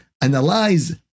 analyze